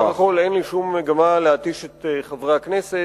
כי בסך הכול אין לי שום מגמה להתיש את חברי הכנסת,